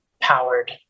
powered